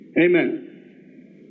Amen